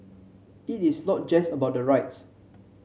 it is not just about the rights